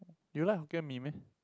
you like hokkien mee meh